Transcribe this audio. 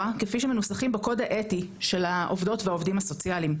כפי שמנוסחים בקוד האתי של העובדות והעובדים הסוציאליים,